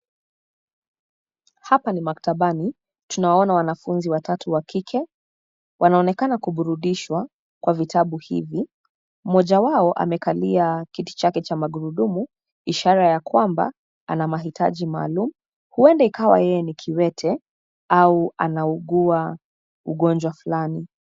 Hapa ni maktabani, tunawaona wanafunzi watatu wa kike, wanaonekana kuburudishwa, kwa vitabu hivi, mmoja wao amekalia kiti chake cha magurudumu, ishara ya kwamba, ana mahitaji maalum, huenda ikawa yeye ni kiwete, au anaugua, ugonjwa fulani.